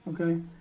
okay